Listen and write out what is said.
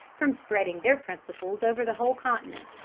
from spreading their principles over the whole continent.